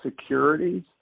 securities